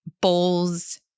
bowls